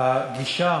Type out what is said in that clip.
הגישה